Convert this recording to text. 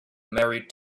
married